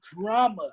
drama